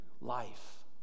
life